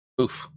Oof